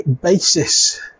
basis